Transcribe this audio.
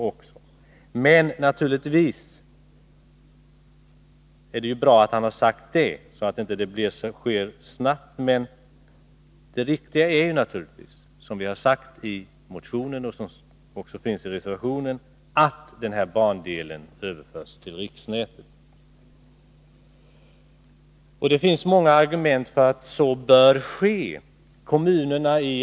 Det är bra att kommunikationsministern har sagt detta, men det riktiga är naturligtvis, som jag har sagt i motionen och som upprepas i reservationen, att den här bandelen överförs till riksnätet. Det finns många argument för att så bör ske.